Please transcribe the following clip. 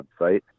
website